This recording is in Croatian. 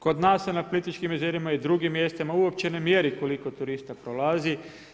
Kod nas se na Plitvičkim jezerima i drugim mjestima, uopće ne mjeri koliko turista prolazi.